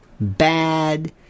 bad